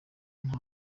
nta